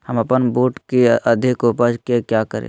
हम अपन बूट की अधिक उपज के क्या करे?